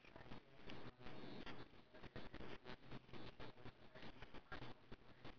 can't be bordered eh but but the with the currency exchange ah very tempting ah